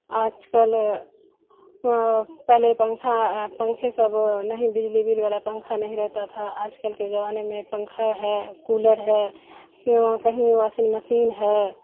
آج کل پہلے پنکھا پنکھے سب نہیں بجلی بل والا پنکھا نہیں رہتا تھا آج کل کے زمانے میں پنکھا ہے کولر ہے کہیں واسنگ مسین ہے